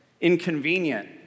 inconvenient